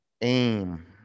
aim